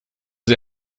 sie